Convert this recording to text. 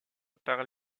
part